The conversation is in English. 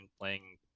playing